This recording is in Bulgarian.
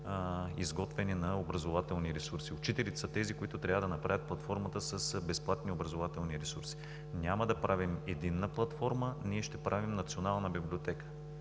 изготвяне на образователни ресурси. Учителите са тези, които трябва да направят платформата с безплатни образователни ресурси. Няма да правим единна платформа, ние ще правим Национална библиотека,